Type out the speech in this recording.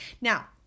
now